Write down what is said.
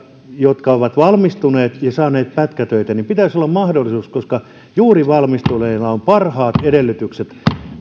jotka ovat valmistuneet ja saaneet pätkätöitä pitäisi olla mahdollisuus koska juuri valmistuneella on parhaat edellytykset